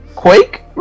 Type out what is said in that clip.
Quake